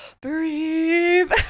breathe